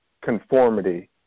conformity